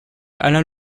alain